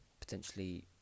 potentially